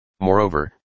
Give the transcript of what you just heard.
Moreover